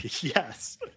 Yes